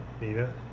Nina